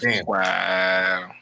Wow